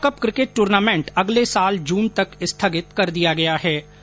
Asia cup cricket tournament अगले साल जून तक स्थगित कर दिया गया है